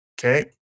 Okay